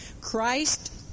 Christ